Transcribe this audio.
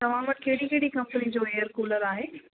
तव्हां वटि कहिड़ी कहिड़ी कंपनियुनि जो एअर कूलर आहे